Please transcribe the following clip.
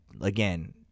Again